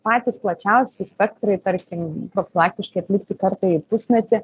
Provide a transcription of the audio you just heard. patys plačiausiai spektrai tarkim profilaktiškai atlikti kartą į pusmetį